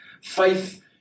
Faith